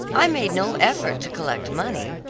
i made no effort to collect money.